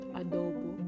adobo